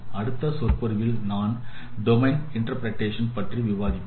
அடுத்த சொற்பொழிவில் நான் டொமைன் விளக்கங்கள் பற்றி விவாதிப்போம்